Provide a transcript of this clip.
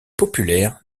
populaires